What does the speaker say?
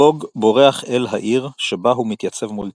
בוג בורח אל העיר, שבה הוא מתייצב מול צ'יזהולם.